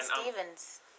Stevens